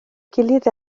gilydd